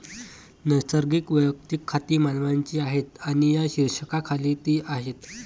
नैसर्गिक वैयक्तिक खाती मानवांची आहेत आणि या शीर्षकाखाली ती आहेत